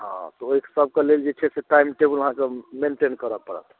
आ तऽ ओहि सभके लेल जे छै से टाइम टेबुल अहाँके मैन्टेन करय पड़त